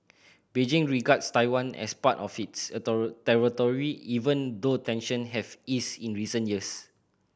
Beijing regards Taiwan as part of its territory even though tension have eased in recent years